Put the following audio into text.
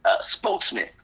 spokesman